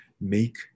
make